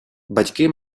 батьки